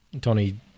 Tony